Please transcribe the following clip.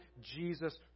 Jesus